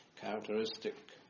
characteristic